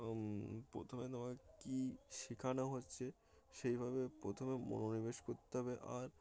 প্রথমে তোমাকে কী শেখানো হচ্ছে সেইভাবে প্রথমে মনোনিবেশ করতে হবে আর